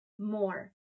more